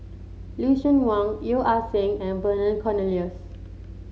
Lucien Wang Yeo Ah Seng and Vernon Cornelius